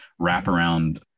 wraparound